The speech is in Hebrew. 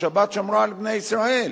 השבת שמרה על בני ישראל.